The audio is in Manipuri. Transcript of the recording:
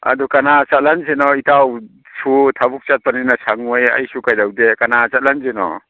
ꯑꯗꯨ ꯀꯅꯥ ꯆꯠꯍꯜꯁꯤꯅꯣ ꯏꯇꯥꯎꯁꯨ ꯊꯕꯛ ꯆꯠꯄꯅꯤꯅ ꯁꯪꯉꯣꯏ ꯑꯩꯁꯨ ꯀꯩꯗꯧꯗꯦ ꯀꯅꯥ ꯆꯠꯍꯟꯁꯤꯅꯣ